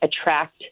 attract